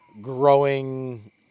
growing